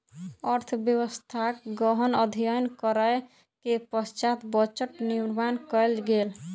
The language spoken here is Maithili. अर्थव्यवस्थाक गहन अध्ययन करै के पश्चात बजट निर्माण कयल गेल